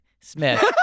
Smith